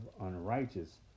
unrighteous